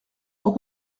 pour